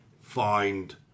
find